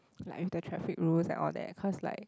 like with the traffic rules and all that cause like